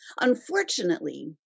Unfortunately